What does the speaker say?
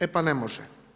E pa ne može.